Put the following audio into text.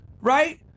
Right